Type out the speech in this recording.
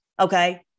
Okay